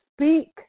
speak